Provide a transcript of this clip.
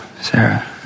Sarah